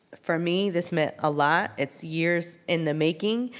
for me this meant a lot, it's years in the making.